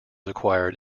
acquired